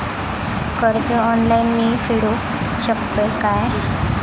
कर्ज ऑनलाइन मी फेडूक शकतय काय?